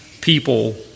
people